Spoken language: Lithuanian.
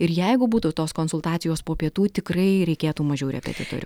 ir jeigu būtų tos konsultacijos po pietų tikrai reikėtų mažiau repetitorių